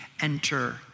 enter